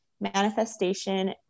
manifestation